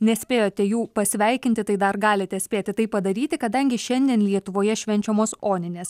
nespėjote jų pasveikinti tai dar galite spėti tai padaryti kadangi šiandien lietuvoje švenčiamos oninės